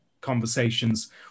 conversations